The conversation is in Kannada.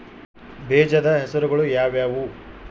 ಬೇಜದ ಹೆಸರುಗಳು ಯಾವ್ಯಾವು?